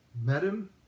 Madam